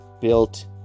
built